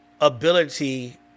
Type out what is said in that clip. ability